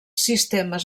sistemes